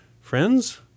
Friends